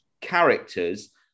characters